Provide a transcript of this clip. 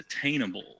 attainable